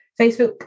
Facebook